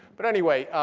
but anyway,